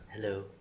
hello